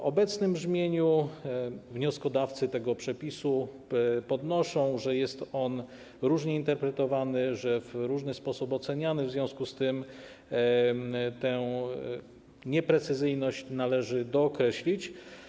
W obecnym brzmieniu wnioskodawcy tego przepisu podnoszą, że jest on różnie interpretowany, w różny sposób oceniany, w związku z tym tę nieprecyzyjność należy dookreślić.